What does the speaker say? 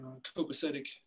copacetic